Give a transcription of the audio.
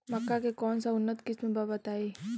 मक्का के कौन सा उन्नत किस्म बा बताई?